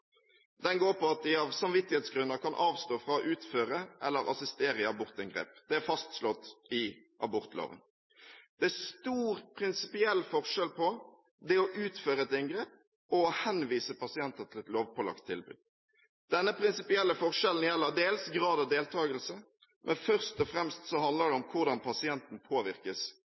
Den går på at de av samvittighetsgrunner kan avstå fra å utføre eller assistere i abortinngrep. Det er fastslått i abortloven. Det er stor prinsipiell forskjell på det å utføre et inngrep og å henvise pasienter til et lovpålagt tilbud. Denne prinsipielle forskjellen gjelder dels grad av deltakelse, men først og fremst handler det om hvordan pasienten påvirkes